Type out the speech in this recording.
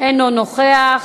אינו נוכח,